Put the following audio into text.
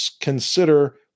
consider